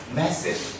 message